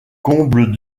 comble